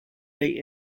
they